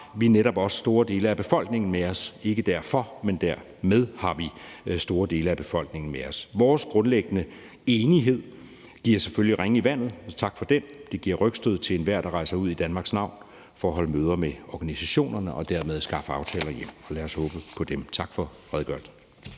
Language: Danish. vi netop også store dele af befolkningen med os – ikke derfor, men dermed har vi store dele af befolkningen med os. Vores grundlæggende enighed giver selvfølgelig ringe i vandet – tak for den. Det giver rygstød til enhver, der rejser ud i Danmarks navn for at holde møder med organisationerne og dermed skaffe aftaler hjem. Lad os håbe på dem. Tak for redegørelsen.